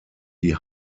die